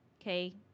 okay